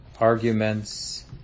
arguments